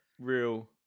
Real